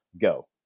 go